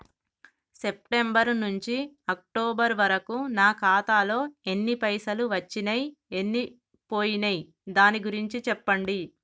September నుంచి October వరకు నా ఖాతాలో ఎన్ని పైసలు వచ్చినయ్ ఎన్ని పోయినయ్ దాని గురించి చెప్పండి?